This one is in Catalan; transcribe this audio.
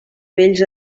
vells